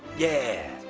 yeah.